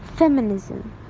Feminism